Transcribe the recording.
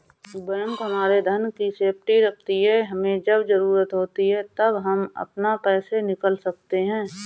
bank हमारे धन की सेफ्टी रखती है हमे जब जरूरत होती है तब हम अपना पैसे निकल सकते है